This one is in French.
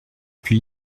puis